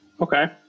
Okay